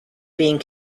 being